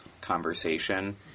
conversation